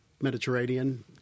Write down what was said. Mediterranean